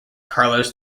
carlos